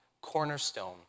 cornerstone